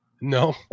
No